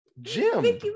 Jim